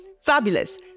Fabulous